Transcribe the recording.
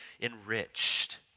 enriched